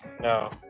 No